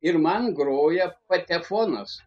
ir man groja patefonas